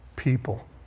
People